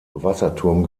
wasserturm